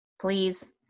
Please